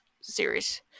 series